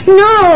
no